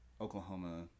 Oklahoma